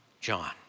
John